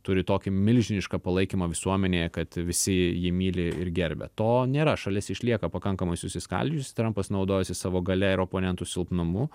turi tokį milžinišką palaikymą visuomenėje kad visi jį myli ir gerbia to nėra šalis išlieka pakankamai susiskaldžiusi trampas naudojasi savo galia ir oponentų silpnumu